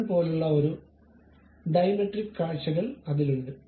button പോലുള്ള ഒരു dimetric കാഴ്ചകൾ അതിലുണ്ട്